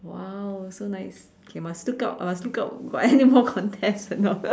!wow! so nice okay must look out I must look out got any more contest or not